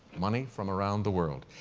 money from around the world.